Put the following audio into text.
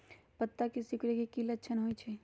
पत्ता के सिकुड़े के की लक्षण होइ छइ?